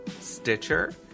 Stitcher